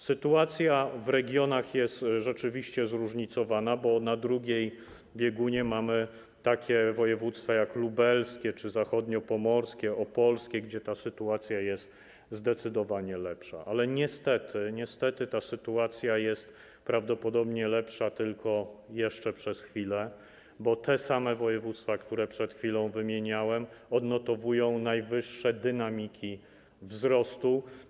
Sytuacja w regionach jest rzeczywiście zróżnicowana, bo na drugim biegunie mamy takie województwa jak lubelskie, zachodniopomorskie czy opolskie, gdzie ta sytuacja jest zdecydowanie lepsza, ale niestety ta sytuacja jest prawdopodobnie lepsza tylko jeszcze przez chwilę, bo te same województwa, które przed chwilą wymieniłem, odnotowują najwyższe dynamiki wzrostu.